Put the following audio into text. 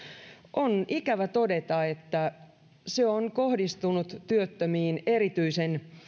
on ikävä todeta että se on kohdistunut työttömiin